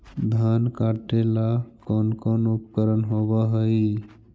धान काटेला कौन कौन उपकरण होव हइ?